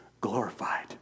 glorified